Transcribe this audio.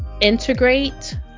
integrate